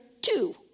two